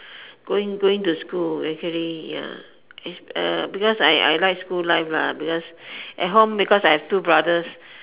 going going to school actually ya is uh because I I like school life lah because at home because I have two brothers